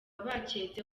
baketse